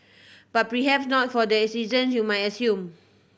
but perhap not for the season you might assume